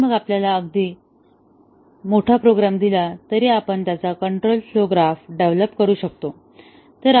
आणि मगआपल्याला अगदी मोठा प्रोग्रॅम दिला तरी आपण त्याचा कंट्रोल फ्लो ग्राफ डेव्हलोप करू शकतो